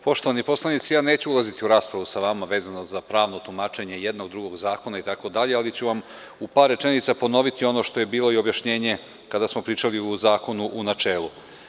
Poštovani poslanici ja neću ulaziti u raspravu sa vama vezano za pravno tumačenje jednog, drugog zakona itd, ali ću vam u par rečenica ponoviti ono što je bilo objašnjenje kada smo pričali o zakonu u načelu.